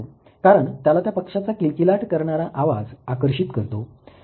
कारण त्याला त्या पक्षाचा किलकिलाट करणारा आवाज आकर्षीत करतो